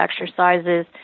exercises